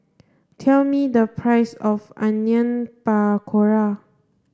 tell me the price of Onion Pakora